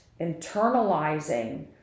internalizing